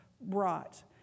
brought